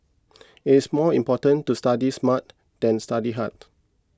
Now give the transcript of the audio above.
it is more important to study smart than study hard